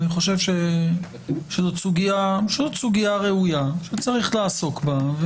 אני חושב שזאת סוגיה ראויה, שצריך לעסוק בה.